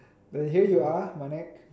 like here you are Mannek